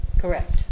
Correct